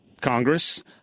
Congress –